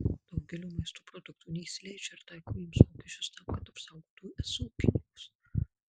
daugelio maisto produktų neįsileidžia ar taiko jiems mokesčius tam kad apsaugotų es ūkininkus